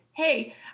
hey